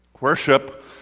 Worship